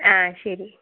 ആ ശരി